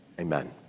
Amen